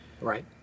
Right